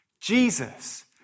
Jesus